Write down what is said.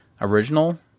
original